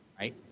Right